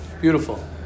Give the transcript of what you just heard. beautiful